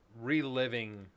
Reliving